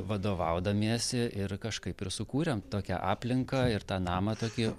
vadovaudamiesi ir kažkaip ir sukūrėme tokią aplinką ir tą namą tokį